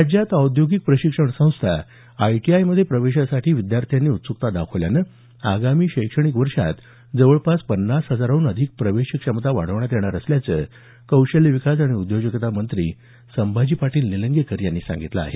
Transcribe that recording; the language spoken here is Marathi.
राज्यात औद्योगिक प्रशिक्षण संस्था आयटीआयमध्ये प्रवेशासाठी विद्यार्थ्यांनी उत्सुकता दाखविल्यानं आगामी शैक्षणिक वर्षात जवळपास पन्नास हजाराहून अधिक प्रवेश क्षमता वाढण्यात येणार असल्याचं कौशल्य विकास आणि उद्योजकता मंत्री संभाजी पाटील निलंगेकर यांनी सांगितलं आहे